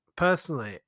Personally